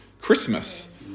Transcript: Christmas